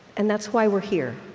and that's why we're here.